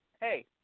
hey